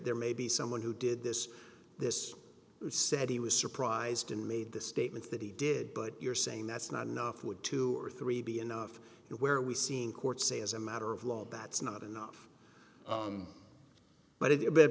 there may be someone who did this this who said he was surprised and made the statement that he did but you're saying that's not enough would two or three be enough where we seeing courts say as a matter of law that's not enough but i